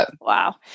Wow